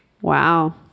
wow